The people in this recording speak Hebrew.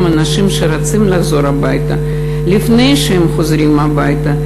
אנשים שרוצים לחזור הביתה לפני שהם חוזרים הביתה,